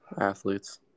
athletes